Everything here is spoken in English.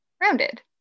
rounded